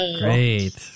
great